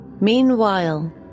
Meanwhile